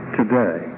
today